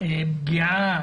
פגיעה